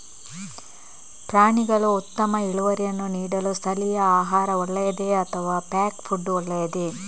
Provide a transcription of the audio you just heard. ಪ್ರಾಣಿಗಳು ಉತ್ತಮ ಇಳುವರಿಯನ್ನು ನೀಡಲು ಸ್ಥಳೀಯ ಆಹಾರ ಒಳ್ಳೆಯದೇ ಅಥವಾ ಪ್ಯಾಕ್ ಫುಡ್ ಒಳ್ಳೆಯದೇ?